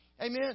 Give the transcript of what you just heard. Amen